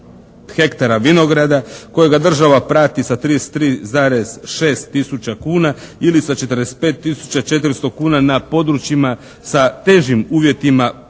hektara vinograda kojega država prati sa 33,6 tisuća kuna ili sa 45 tisuća 400 kuna na područjima sa težim uvjetima privređivanja.